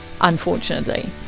unfortunately